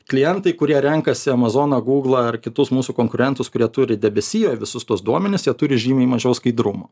klientai kurie renkasi amazoną gūglą ar kitus mūsų konkurentus kurie turi debesiją visus tuos duomenis jie turi žymiai mažiau skaidrumo